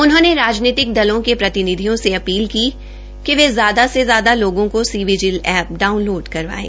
उन्होंने राजनीतिक दलों के प्रतिनिधियों से अपील की वें ज्यादा से ज्यादा लोगों को सी विजिल ऐप्प को डाऊनलोड करवाएं